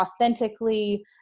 authentically